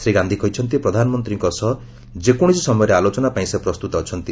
ଶ୍ରୀ ଗାନ୍ଧୀ କହିଛନ୍ତି ପ୍ରଧାନମନ୍ତ୍ରୀଙ୍କ ସହ ଯେକୌଣସି ସମୟରେ ଆଲୋଚନା ପାଇଁ ସେ ପ୍ରସ୍ତୁତ ଅଛନ୍ତି